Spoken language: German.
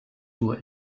nur